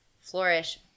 Flourish